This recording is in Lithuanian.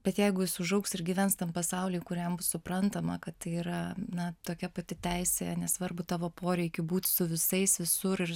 bet jeigu jis užaugs ir gyvens tam pasauly kuriam suprantama kad tai yra na tokia pati teisė nesvarbu tavo poreikių būt su visais visur ir